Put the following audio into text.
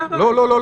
אנחנו לא הרשות